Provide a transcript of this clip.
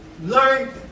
learn